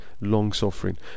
long-suffering